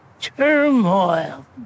turmoil